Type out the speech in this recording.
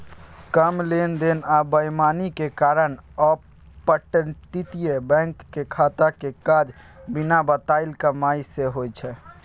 कम लेन देन आ बेईमानी के कारण अपतटीय बैंक के खाता के काज बिना बताएल कमाई सँ होइ छै